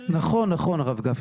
נכון, נכון הרב גפני.